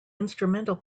instrumental